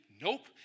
Nope